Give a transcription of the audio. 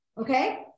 okay